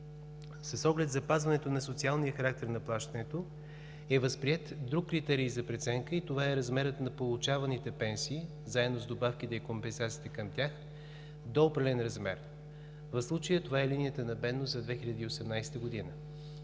С оглед запазването на социалния характер на плащането е възприет друг критерий за преценка и това е размерът на получаваните пенсии, заедно с добавките и компенсациите към тях до определен размер. В случая това е линията на бедност за 2018 г.